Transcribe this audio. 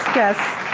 yes,